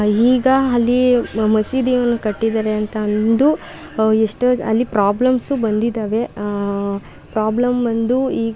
ಈಗ ಅಲ್ಲಿ ಮಸೀದಿಯನ್ನು ಕಟ್ಟಿದ್ದಾರೆ ಅಂತ ಅಂದು ಎಷ್ಟೋ ಅಲ್ಲಿ ಪ್ರಾಬ್ಲಮ್ಸ್ ಬಂದಿದ್ದಾವೆ ಪ್ರಾಬ್ಲಮ್ ಬಂದು ಈಗ